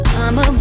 i'ma